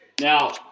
Now